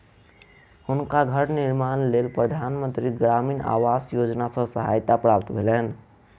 हुनका घर निर्माणक लेल प्रधान मंत्री ग्रामीण आवास योजना सॅ सहायता प्राप्त भेल